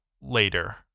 later